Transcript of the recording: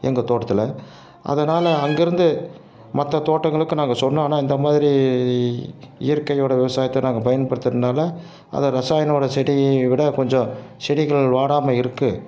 எங்கள் தோட்டத்தில் அதனால அங்கே இருந்து மற்ற தோட்டங்களுக்கு நாங்கள் சொன்னோம்னா இந்த மாதிரி இயற்கையோட விவசாயத்த நாங்கள் பயன்படுத்துறதுனால அது இரசாயனமோட செடி விட கொஞ்சம் செடிகள் வாடாம இருக்கு